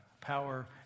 power